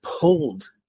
pulled